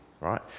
right